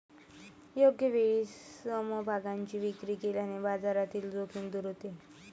योग्य वेळी समभागांची विक्री केल्याने बाजारातील जोखीम दूर होते